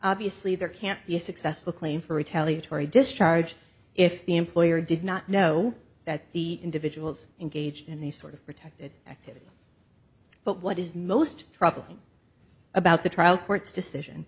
obviously there can't be a successful claim for retaliatory discharge if the employer did not know that the individuals engaged in these sort of protected activity but what is most troubling about the trial court's decision